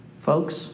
Folks